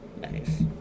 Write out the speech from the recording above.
Nice